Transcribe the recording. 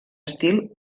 estil